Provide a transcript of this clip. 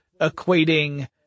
equating